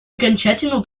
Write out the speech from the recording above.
окончательного